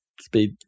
speed